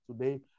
today